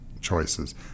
choices